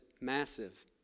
massive